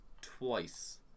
twice